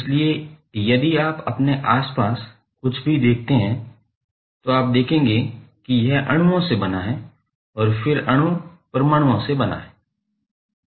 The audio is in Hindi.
इसलिए यदि आप अपने आसपास कुछ भी देखते हैं तो आप देखेंगे कि यह अणुओं से बना है और फिर अणु परमाणुओं से बना है